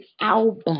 album